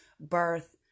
birth